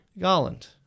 Garland